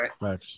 right